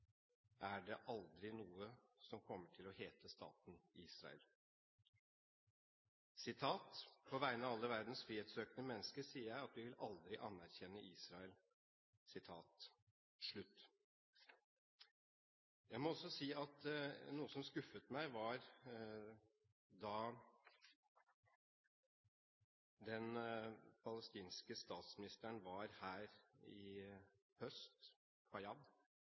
er det aldri noe som kommer til å hete staten Israel: «… på vegne av alle verdens frihetssøkende mennesker sier jeg at vi aldri vil anerkjenne Israel.» Jeg må også si at noe som skuffet meg da den palestinske statsministeren, Fayyad, var her i høst,